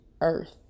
earth